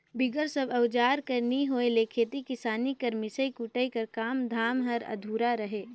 बिगर सब अउजार कर नी होए ले खेती किसानी कर मिसई कुटई कर काम धाम हर अधुरा रहें